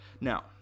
now